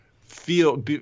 Feel